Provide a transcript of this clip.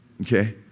Okay